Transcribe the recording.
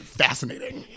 fascinating